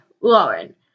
Lauren